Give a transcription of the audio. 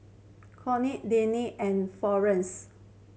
Courtney Dani and Florenes